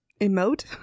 Emote